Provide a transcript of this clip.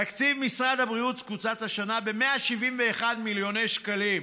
תקציב משרד הבריאות קוצץ השנה ב-171 מיליוני שקלים,